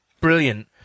brilliant